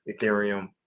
Ethereum